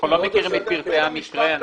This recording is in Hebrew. אנחנו לא מכירים את פרטי המקרה,